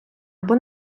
або